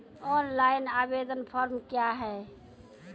Online आवेदन form क्या हैं?